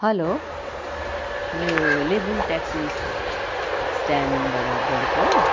hello यो Lebong taxi स्ट्यान्डबाट बोलेको हो